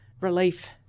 relief